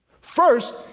First